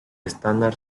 estándar